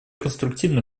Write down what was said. конструктивный